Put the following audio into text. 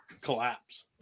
collapse